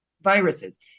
viruses